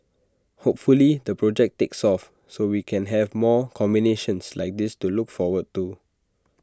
hopefully the project takes off so we can have more combinations like this to look forward to